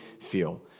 feel